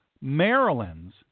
Maryland's